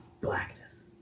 Blackness